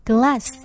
Glass